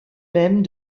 même